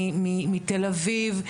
מתל אביב,